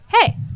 Hey